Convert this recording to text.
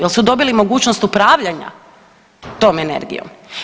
Jesu dobili mogućnost upravljanja tom energijom?